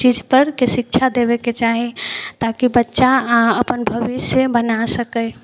चीजपरके शिक्षा देबैके चाही ताकि बच्चा अपन भविष्य बना सकै